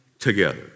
together